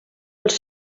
els